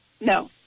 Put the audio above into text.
No